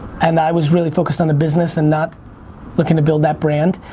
and i was really focused on the business and not looking to build that brand.